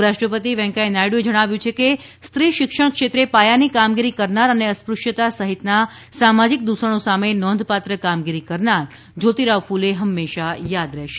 ઉપરાષ્ટ્રપતિ વેંકૈયા નાયડુએ જણાવ્યું છે કે સ્ત્રી શિક્ષણ ક્ષેત્રે પાયાની કામગીરી કરનાર તથા અસ્પૃશ્યતા સહિતના સામાજીક દૂષણો સામે નોંધપાત્ર કામગીરી કરનાર જયોતીરાવ કૂલે હંમેશા યાદ રહેશે